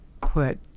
put